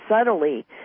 subtly